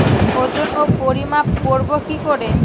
ওজন ও পরিমাপ করব কি করে?